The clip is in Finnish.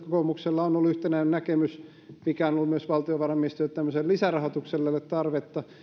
kokoomuksella on ollut yhtenäinen näkemys mikä on ollut myös valtiovarainministeriöllä että tämmöiselle lisärahoitukselle ei ole tarvetta